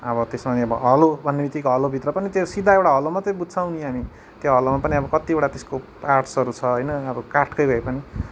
अब त्यसमा पनि अब हलो भन्ने बित्तिकै हलो भित्र पनि त्यो सिदा एउटा हलो मात्र बुझ्छौँ नि हामी त्यो हलोमा पनि अब कतिवटा त्यसको पार्ट्सहरू छ होइन अब काठकै भएपनि